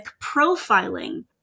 profiling